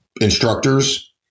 instructors